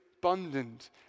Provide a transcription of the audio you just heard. abundant